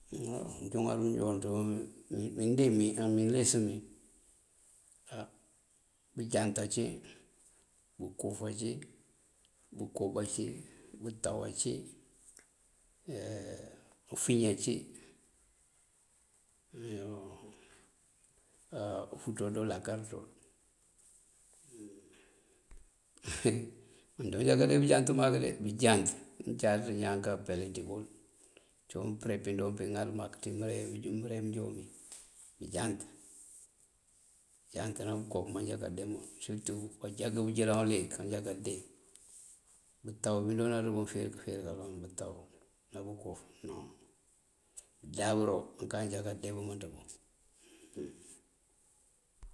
mjugar munjon indeyí á mílesëmi, á bëënjant ací, bëënkuf ací, bëkob aci, bëntaw awí, úufiña ací, ufúuţo dulakar tul. maanjoonjá káande bëënjánt mak de, bëënjánt injí jáaţ iñaan kaap pelikinëbul. cíiwun përe píŋ joompí ŋal mak ţí mëre, mëre mëënjon. Bëënjánt, bëënjánt ná bëkob maanjo já káandemël surëtu baanjangë bëënjilan uliyëk maanjákáande. Bëëntaw biijoonţ bun káfer këëfer kaloŋ, bëëntaw ná búukuf, noo bëdabëro mëënkanjá kaande bëënmëënţu bun.